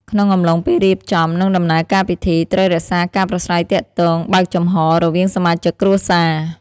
ក្នុងអំឡុងពេលរៀបចំ និងដំណើរការពិធី ត្រូវ រក្សាការប្រាស្រ័យទាក់ទងបើកចំហ រវាងសមាជិកគ្រួសារ។